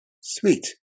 Sweet